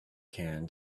can